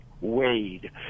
Wade